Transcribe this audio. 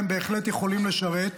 הם בהחלט יכולים לשרת.